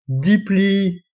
deeply